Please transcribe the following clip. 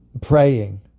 praying